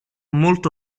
molto